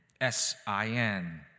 S-I-N